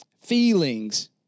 Feelings